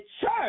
church